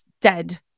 dead